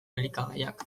elikagaiak